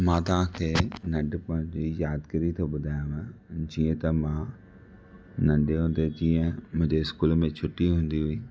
मां तव्हां खे नढ़पिण जी यादगरी तो ॿुधायाव जीअं त मां नंढे हूंदे जीअं मुंहिंजे स्कूल में छुट्टी हूंदी हुई